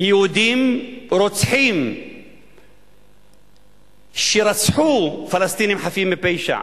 יהודים רוצחים רצחו פלסטינים חפים מפשע,